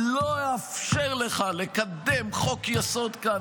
לא אאפשר לך לקדם חוק-יסוד כאן.